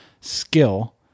skill